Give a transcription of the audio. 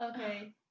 Okay